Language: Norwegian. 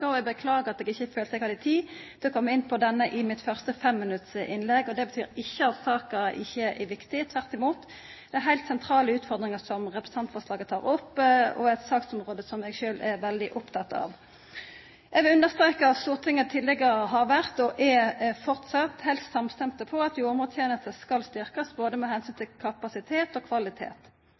saka, og eg beklagar at eg ikkje følte at eg hadde tid til å koma inn på denne i mitt første femminuttsinnlegg. Det betyr ikkje at saka ikkje er viktig, tvert imot er det heilt sentrale utfordringar som representantforslaget tek opp, og det er eit saksområde som eg sjølv er veldig oppteken av. Eg vil understreka at Stortinget tidlegare har vore – og er framleis – heilt samstemte på at jordmortenesta skal styrkjast med omsyn til både kapasitet og kvalitet.